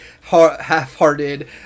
half-hearted